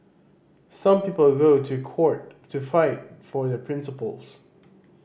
some people go to court to fight for their principles